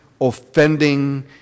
offending